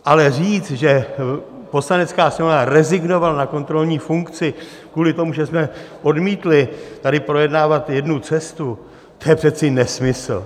Ale říct, že Poslanecká sněmovna rezignovala na kontrolní funkci kvůli tomu, že jsme odmítli tady projednávat jednu cestu, to je přece nesmysl.